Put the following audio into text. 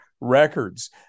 records